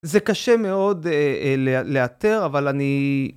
זה קשה מאוד לאתר, אבל אני...